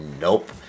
nope